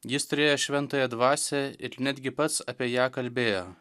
jis turėjo šventąją dvasią ir netgi pats apie ją kalbėjo